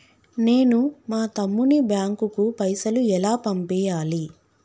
నేను మా తమ్ముని బ్యాంకుకు పైసలు ఎలా పంపియ్యాలి?